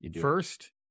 first